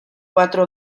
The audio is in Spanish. cuatro